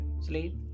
sleep